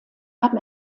haben